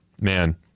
man